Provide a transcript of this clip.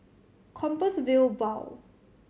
Compassvale Bow